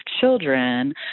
children